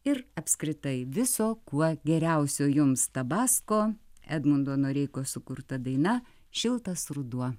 ir apskritai viso kuo geriausio jums tabasko edmundo noreikos sukurta daina šiltas ruduo